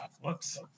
Whoops